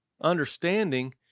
understanding